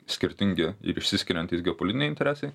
skirtingi ir išsiskiriantys geopolitiniai interesai